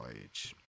age